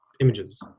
images